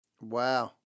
Wow